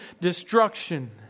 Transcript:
destruction